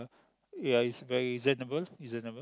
ya is very reasonable reasonable